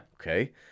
Okay